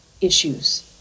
issues